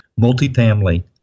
multifamily